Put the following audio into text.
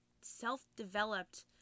self-developed